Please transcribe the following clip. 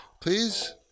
please